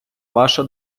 ваша